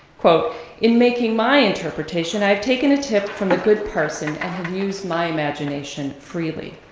in making my interpretation, i have taken a tip from the good parson and have used my imagination freely,